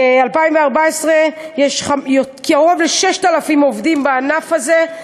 מ-2014 יש כעוד 6,000 עובדים בענף הזה.